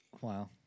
Wow